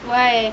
why